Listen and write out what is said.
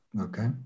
Okay